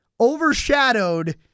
overshadowed